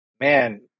man